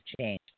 change